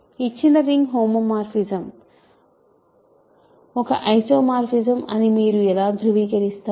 ఇచ్చిన ring homomorphism ఒక isomorphism అని మీరు ఎలా ధృవీకరిస్తారు